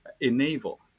enable